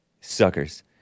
Suckers